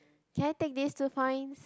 can I take this two points